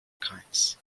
kinds